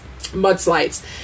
Mudslides